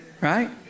Right